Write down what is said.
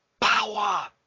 power